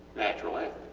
natural and